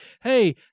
Hey